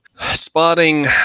spotting